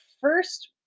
first